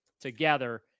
together